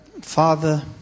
Father